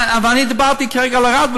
אני דיברתי כרגע על ערד.